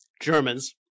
Germans